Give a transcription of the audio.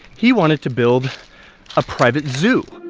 he wanted to build a private zoo.